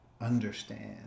understand